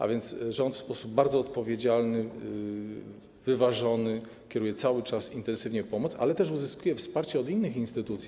A więc rząd w sposób bardzo odpowiedzialny, wyważony kieruje cały czas intensywnie pomoc, ale też uzyskuje wsparcie od innych instytucji.